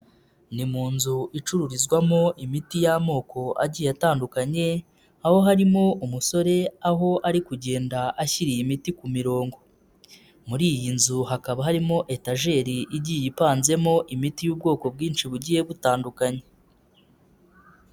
Ni mu nzu icururizwamo imiti y'amoko agiye atandukanye aho harimo umusore aho ari kugenda ashyira iyi miti ku mi mirongo, muri iyi nzu hakaba harimo etajeri igiye ipanzemo imiti y'ubwoko bwinshi bugiye butandukanye.